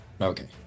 Okay